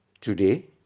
Today